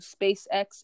SpaceX